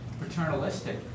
paternalistic